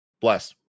Bless